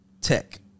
Tech